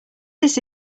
this